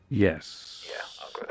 Yes